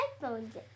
headphones